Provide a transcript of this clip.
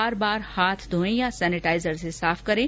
बार बार हाथ धोयें या सेनेटाइजर से साफ करें